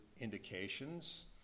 indications